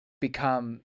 become